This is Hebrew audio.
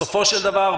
בסופו של דבר,